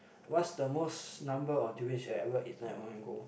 what's the most number of durians you ever eaten at one go